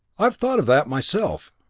i've thought of that myself.